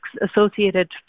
associated